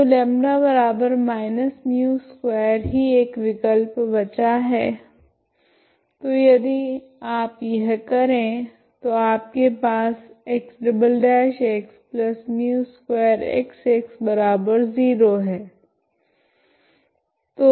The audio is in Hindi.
तो λ μ2 ही एक विकल्प बचा है तो यदि आप यह करे तो आपके पास X μ2X 0 है